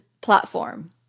platform